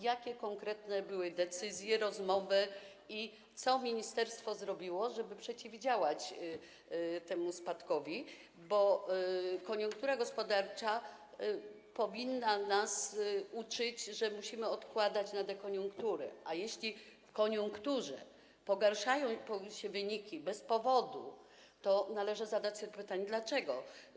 Jakie były konkretne decyzje, rozmowy i co ministerstwo zrobiło, żeby przeciwdziałać temu spadkowi, bo koniunktura gospodarcza powinna nas uczyć, że musimy odkładać na dekoniunkturę, a jeśli przy koniunkturze pogarszają się wyniki bez powodu, to należy zadać sobie pytanie, dlaczego.